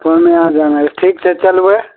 पूर्णियाँ जेनाइ ठीक छै चलबै